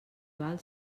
val